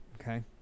Okay